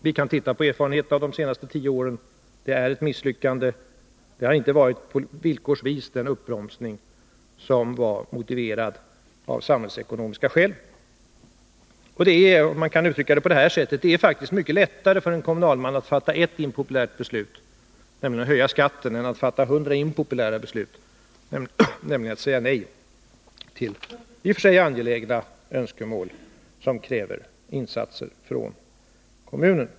Vi kan se på erfarenheterna från de senaste tio åren. De visar på ett misslyckande — man har inte på långt när åstadkommit den uppbromsning som hade varit motiverad av samhällsekonomiska skäl. Man kan uttrycka det på det här sättet: Det är faktiskt mycket lättare för en kommunalman att fatta ert impopulärt beslut, nämligen om skattehöjning, än att fatta hundra impopulära beslut, nämligen att säga nej till i och för sig angelägna önskemål, som kräver insatser från kommunen.